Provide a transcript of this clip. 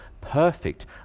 perfect